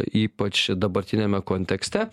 ypač dabartiniame kontekste